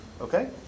Okay